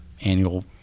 annual